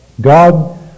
God